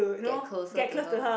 get closer to her